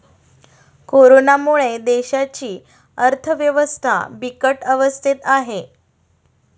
कोरोनामुळे देशाची अर्थव्यवस्था बिकट अवस्थेत आहे